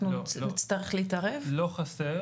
לא חסר.